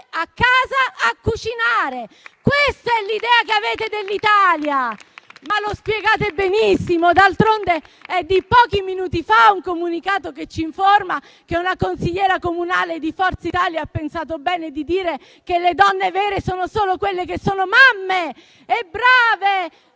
a casa a cucinare: questa è l'idea che avete dell'Italia. Lo spiegate benissimo. D'altronde, è di pochi minuti fa un comunicato che ci informa che una consigliera comunale di Forza Italia ha pensato bene di dire che le donne vere sono solo quelle che sono mamme e brave,